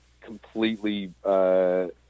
completely